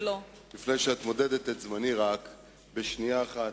לפני שאת מודדת את זמני אני רוצה להגיד מלה אחת.